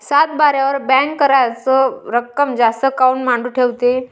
सातबाऱ्यावर बँक कराच रक्कम जास्त काऊन मांडून ठेवते?